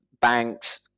banks